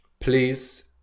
please